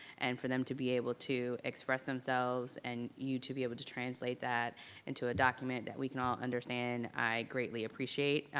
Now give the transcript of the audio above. and for them to be able to express themselves and you to be able to translate that into a document that we can all understand and i greatly appreciate,